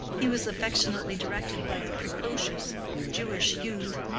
he was affectionately directed by a precocious jewish youth,